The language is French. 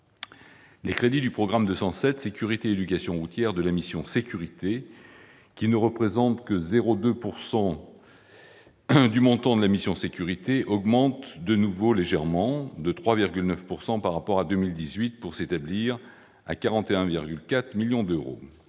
Les crédits du programme 207, « Sécurité et éducation routières » de la mission « Sécurités », qui ne représentent que 0,2 % du montant de la mission, augmentent de nouveau légèrement- de 3,9 % par rapport à 2018 -, pour s'établir à 41,4 millions d'euros.